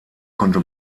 konnte